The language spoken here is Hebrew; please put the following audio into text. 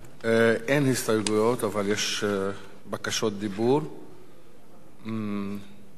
אבל יש בקשות דיבור של חברי סיעת חד"ש,